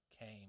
came